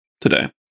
today